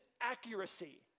accuracy